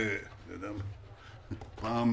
פעם